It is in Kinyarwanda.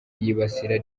yibasira